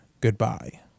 Goodbye